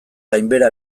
gainbehera